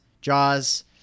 Jaws